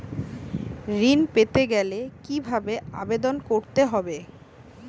ঋণ পেতে গেলে কিভাবে আবেদন করতে হবে?